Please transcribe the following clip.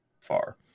far